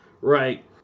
right